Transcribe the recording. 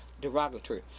derogatory